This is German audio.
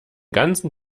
ganzen